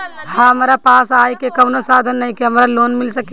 हमरा पास आय के कवनो साधन नईखे हमरा लोन मिल सकेला?